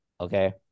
okay